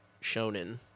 shonen